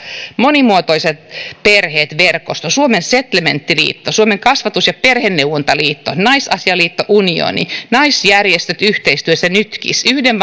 monimuotoiset perheet verkosto suomen setlementtiliitto suomen kasvatus ja perheneuvontaliitto naisasialiitto unioni naisjärjestöt yhteistyössä nytkis yhden